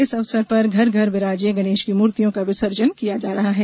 इस अवसर पर घर घर बिराजे गणपति की मूर्तियों का विसर्जन किया जा रहा है